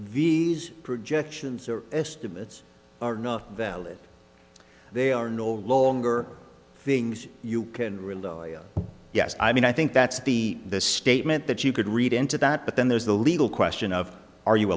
viz projections or estimates are not valid they are no longer things you can rely on yes i mean i think that's the the statement that you could read into that but then there's the legal question of are you